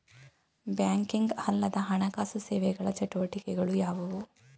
Banking ಅಲ್ಲದ ಹಣಕಾಸು ಸೇವೆಗಳ ಚಟುವಟಿಕೆಗಳು ಯಾವುವು?